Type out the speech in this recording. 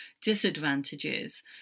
disadvantages